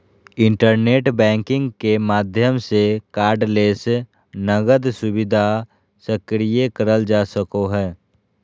internet banking के माध्यम से कार्डलेस नकद सुविधा सक्रिय करल जा सको हय